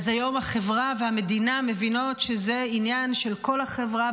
אז היום החברה והמדינה מבינות שזה עניין של כל החברה,